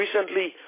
recently